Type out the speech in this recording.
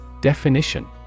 Definition